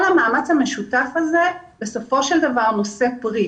בסופו של דבר כל המאמץ המשותף הזה נושא פרי.